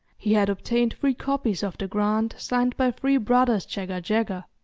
he had obtained three copies of the grant signed by three brothers jagga-jagga,